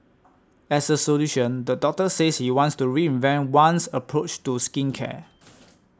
as a solution the doctor says you wants to reinvent one's approach to skincare